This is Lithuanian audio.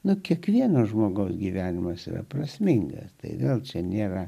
nuo kiekvieno žmogaus gyvenimas yra prasmingas tai gal čia nėra